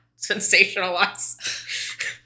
sensationalize